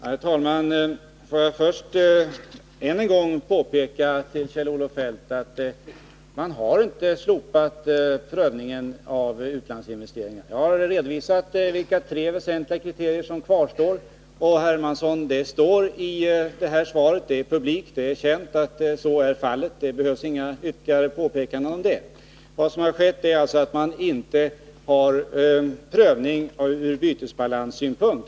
Herr talman! Får jag först ännu en gång påpeka för Kjell-Olof Feldt att man inte har slopat prövningen när det gäller utlandsinvesteringar. Jag har redovisat de tre väsentliga kriterier som kvarstår. Och, Carl-Henrik Hermansson, det står i svaret — det är publikt, det är känt — att så är fallet. Det behövs inga ytterligare påpekanden om det. Vad som har skett är alltså att man inte har någon prövning ur bytesbalanssynpunkt.